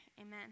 amen